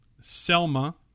Selma